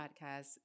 podcast